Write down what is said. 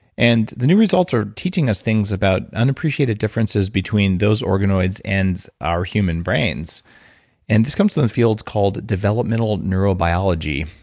and the new results are teaching us things about unappreciated differences between those organoids and our human brains and this comes to the and field called developmental neurobiology,